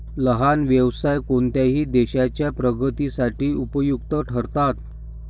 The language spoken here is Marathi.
लहान व्यवसाय कोणत्याही देशाच्या प्रगतीसाठी उपयुक्त ठरतात